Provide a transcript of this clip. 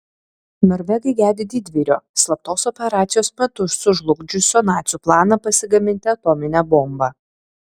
norvegai gedi didvyrio slaptos operacijos metu sužlugdžiusio nacių planą pasigaminti atominę bombą